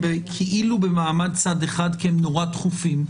לכאורה או כביכול במעמד צד אחד כי הם נורא דחופים,